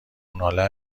ناله